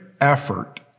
effort